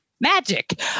magic